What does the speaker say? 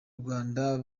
rwanda